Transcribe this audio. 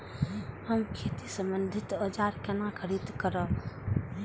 हम खेती सम्बन्धी औजार केना खरीद करब?